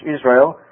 Israel